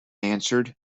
answered